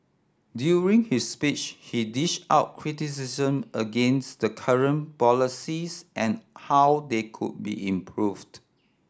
during his speech he dished out criticism against the current policies and how they could be improved